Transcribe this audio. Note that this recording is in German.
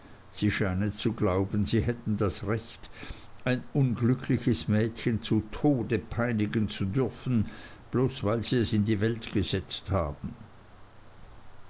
sie scheinen zu glauben sie hätten das recht ein unglückliches mädchen zu tode peinigen zu dürfen bloß weil sie es in die welt gesetzt haben